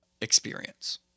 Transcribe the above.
experience